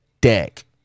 deck